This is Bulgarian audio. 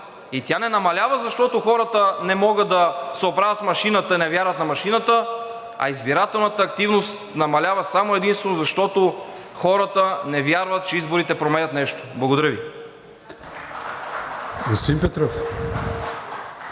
и тя не намалява, защото хората не могат да се оправят с машината и не вярват на машината, а избирателната активност намалява само и единствено защото хората не вярват, че изборите променят нещо. Благодаря Ви.